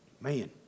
Man